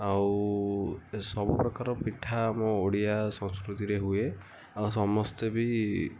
ଆଉ ଏ ସବୁ ପ୍ରକାର ପିଠା ଆମ ଓଡ଼ିଆ ସଂସ୍କୃତିରେ ହୁଏ ଆଉ ସମସ୍ତେ ବି